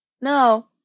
no